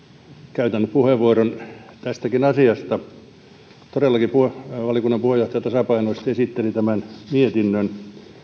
käytän puheenvuoron tästäkin asiasta todellakin valiokunnan puheenjohtaja tasapainoisesti esitteli tämän mietinnön